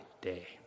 day